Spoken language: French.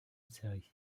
series